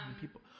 people